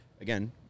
again